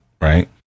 Right